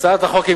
הצעת החוק,